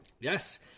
Yes